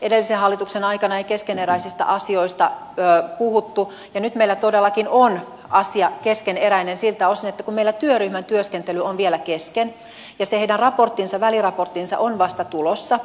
edellisen hallituksen aikana ei keskeneräisistä asioista puhuttu ja nyt meillä todellakin on asia keskeneräinen siltä osin että meillä työryhmän työskentely on vielä kesken ja se heidän väliraporttinsa on vasta tulossa